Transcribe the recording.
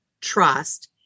trust